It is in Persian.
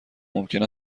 ممکن